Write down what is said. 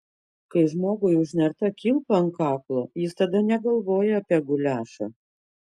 kai žmogui užnerta kilpa ant kaklo jis tada negalvoja apie guliašą